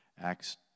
Acts